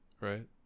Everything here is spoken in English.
right